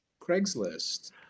craigslist